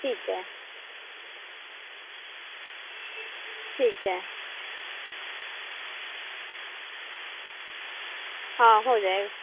ठीक है ठीक है हाँ हो जाएगा